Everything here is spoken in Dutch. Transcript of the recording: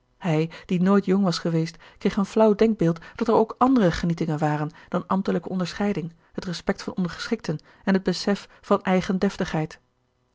hij die nooit jong was geweest kreeg een flauw denkbeeld dat er ook andere genietingen waren dan ambtelijke onderscheiding het respect van ondergeschikten en het besef van eigen